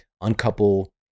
uncouple